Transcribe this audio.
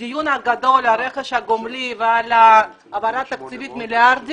הדיון הגדול על רכש הגומלין ועל העברה תקציבית בסכום של מיליארדי